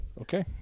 Okay